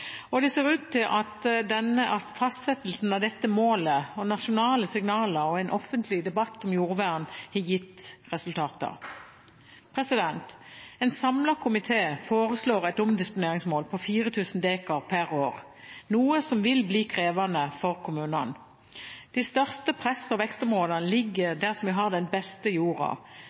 Det ser ut til at fastsettelsen av dette målet, nasjonale signaler og en offentlig debatt om jordvern har gitt resultater. En samlet komité foreslår et omdisponeringsmål på 4 000 dekar per år, noe som vil bli krevende for kommunene. De største press- og vekstområdene